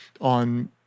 on